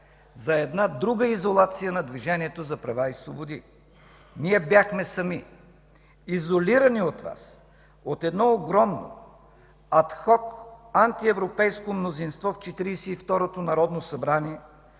за една друга изолация на Движението за права и свободи. Ние бяхме сами, изолирани от Вас, от едно огромно ад хок антиевропейско мнозинство в Четиридесет